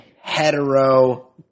hetero